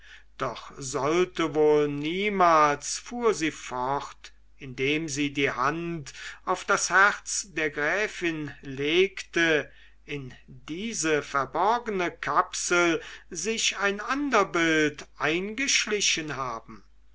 doch sollte wohl niemals fuhr sie fort indem sie die hand auf das herz der gräfin legte in diese verborgene kapsel sich ein ander bild eingeschlichen haben